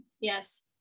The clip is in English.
yes